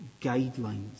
guidelines